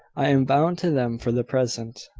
i am bound to them for the present.